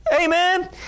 Amen